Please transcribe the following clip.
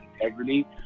integrity